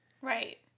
right